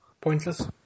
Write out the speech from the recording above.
pointless